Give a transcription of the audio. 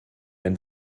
ein